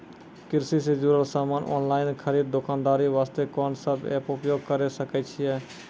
कृषि से जुड़ल समान ऑनलाइन खरीद दुकानदारी वास्ते कोंन सब एप्प उपयोग करें सकय छियै?